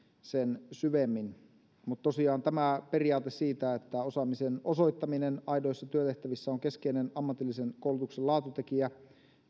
sen syvemmin mutta tosiaan tämä että osaamisen osoittaminen aidoissa työtehtävissä on keskeinen ammatillisen koulutuksen laatutekijä